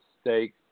stake